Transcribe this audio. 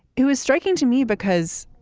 it was striking to me because.